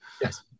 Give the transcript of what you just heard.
Yes